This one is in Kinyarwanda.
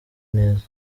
neza